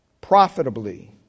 profitably